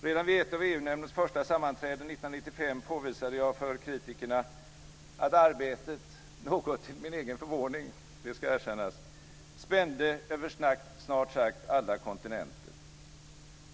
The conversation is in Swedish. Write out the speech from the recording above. Redan vid ett av EU-nämndens första sammanträden 1995 påvisade jag för kritikerna att arbetet - något till min egen förvåning ska jag erkänna - spände över snart sagt alla kontinenter.